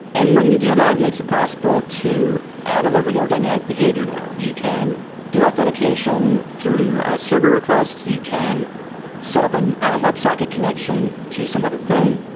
and when you do that, it makes it possible to add a little but more dynamic behavior there. you can do authentication through a server request. you can set up and a web socket connection to some other thing.